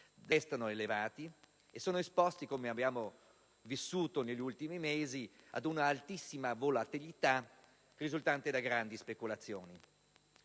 restano elevati e sono esposti - come abbiamo vissuto negli ultimi mesi - ad un'altissima volatilità risultante da grandi speculazioni.